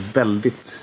väldigt